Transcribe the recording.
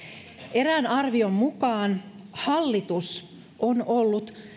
erään arvion mukaan hallitus on ollut